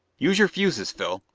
use your fuses, phil.